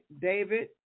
David